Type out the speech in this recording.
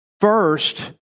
first